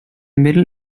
middle